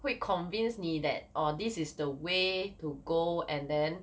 会 convinced 你 that orh this is the way to go and then